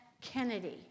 Kennedy